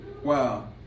Wow